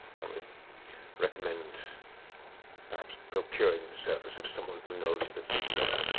i would recommend perhaps procuring the service of someone who knows the sea well.